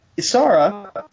Isara